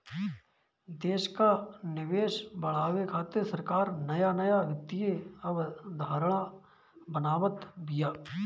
देस कअ निवेश बढ़ावे खातिर सरकार नया नया वित्तीय अवधारणा बनावत बिया